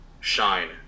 Shine